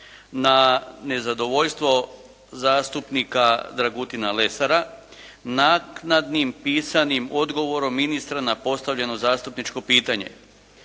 na nezadovoljstvo zastupnika Dragutina Lesara naknadnim pisanim odgovorom ministra na postavljeno zastupničko pitanje